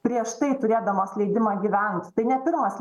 prieš tai turėdamos leidimą gyvent tai ne pirmas